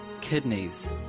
kidneys